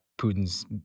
Putin's